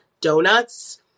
donuts